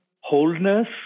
wholeness